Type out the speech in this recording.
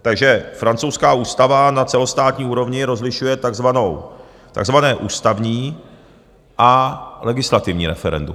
Takže francouzská ústava na celostátní úrovni rozlišuje takzvané ústavní a legislativní referendum.